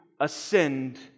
Ascend